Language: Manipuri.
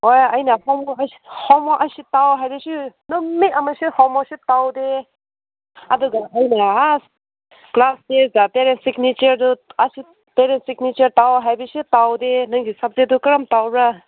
ꯍꯣꯏ ꯑꯩꯅ ꯍꯣꯝꯋꯥꯔꯛ ꯍꯣꯝꯋꯥꯔꯛ ꯑꯁꯤ ꯇꯧ ꯍꯥꯏꯔꯁꯨ ꯅꯨꯃꯤꯠ ꯑꯃꯁꯨ ꯍꯣꯝꯋꯥꯔꯛꯁꯨ ꯇꯧꯗꯦ ꯑꯗꯨꯒ ꯑꯩꯅ ꯑꯁ ꯀ꯭ꯂꯥꯁ ꯇꯦꯁꯇ ꯄꯦꯔꯦꯟꯁ ꯁꯤꯒꯅꯦꯆꯔꯗꯨ ꯄꯦꯔꯦꯟꯁ ꯁꯤꯛꯅꯦꯆꯔ ꯇꯧ ꯍꯥꯏꯕꯁꯨ ꯇꯧꯗꯦ ꯅꯪꯒꯤ ꯁꯕꯖꯦꯛꯇꯨ ꯀꯔꯝ ꯇꯧꯕ꯭ꯔꯥ